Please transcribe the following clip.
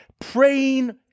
praying